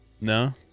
no